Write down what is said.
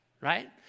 right